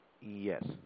Yes